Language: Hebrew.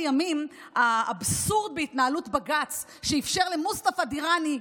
לימים האבסורד בהתנהלות בג"ץ שאפשר למוסטפא דיראני,